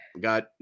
got